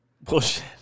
Bullshit